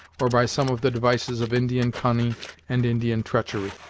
or by some of the devices of indian cunning and indian treachery.